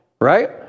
right